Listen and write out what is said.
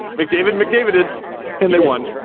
mcdavid mcdavided and they won.